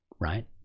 right